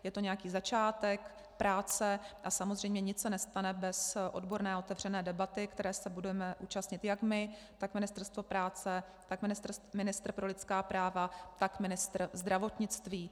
Je to nějaký začátek práce a samozřejmě nic se nestane bez odborné a otevřené debaty, které se budeme účastnit jak my, tak Ministerstvo práce, tak ministr pro lidská práva, tak ministr zdravotnictví.